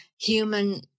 human